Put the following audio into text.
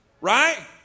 right